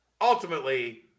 ultimately